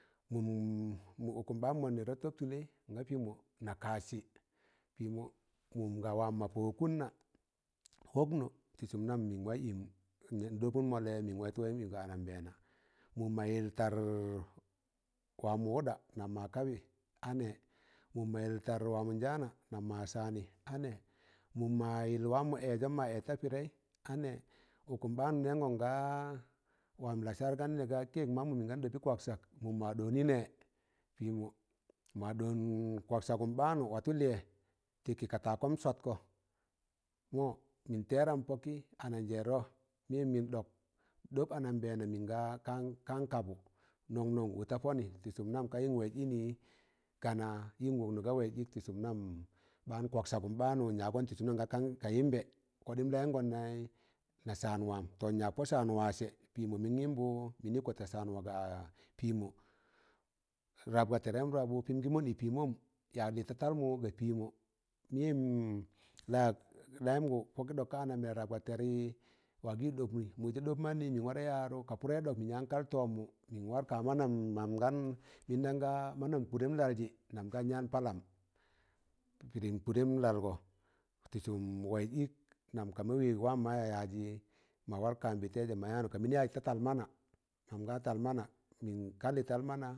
Mụm mụ ụkụm ɓaan man nẹg ta tọb tụlẹl nga na kassị, pịmọ mụm ga wam pọ wọkụn na wọknọ, tị sụm nam mịn waị ịmụ nɗa ɗọbụn mọllẹ mịn da wattu waị ịmụ ka anambẹẹna mụn mọ yịl tar wamọ wuɗa nam mọ kabị a nẹ, mụm mọ yil tar wamọ njaana nan mọ saanị a nẹ, mụn mọ yịl wamọ ẹẹjọ mọ ẹẹji ta pịdẹị a nẹ, ụkụm ɓaan n nẹẹngọn gan wam lasar gaan nẹ ga cakẹ, mammụ mịn gan ɗọbị kwaksak mụm ma ɗọọnị nẹ, pịmọ ma ɗọọn kwaksagụm baanụ watọ liye tị kị katakọm swatkọ mọ mịn tẹrẹm pọkị anajẹẹrọ mịyẹm mịn ɗọk ɗọb anambẹẹna mịnga kan kabụ nọn nọn wọt ta pọnị tị sụm nam ga yịn waịz ịnị ga na yịn wọknọ ga waịz ịk tị sụm nam baan kwaksagụm baanụ nyagọn sụm gaa ka yịm bẹ, koɗịm layụngọn nayị na san waam tọ nyak pọ saan wa ga pịmọ mịn yịmbụ mịnị kọtẹ saan wa ga pịmọ rap ga tẹr m rabụ pịm gị mọnd ị pịmọn, yak lịz ta tal mu ga pịmọ, mịyẹm layamgọ pọkẹ ɗọk rap ga tẹri wagị ɗọpị mụjẹ ɗọp mannị mịn warẹ yaadụ ka pụdẹị ɗọk mịn yan kal tọọm mụ mịn war ka manam man gaa mịndam gaa manam kụdẹm laljị nam gan yaan palam, pịdịm kụdẹẹm lalgo tị sụm waịz ịk, nam ka wẹg wam maa yajị ma war ka mbịtaịzẹ, ma yaanụ ka mịnị yajị ta tal mana, nam ga tal mana mịn kalị tal mana.